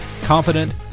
confident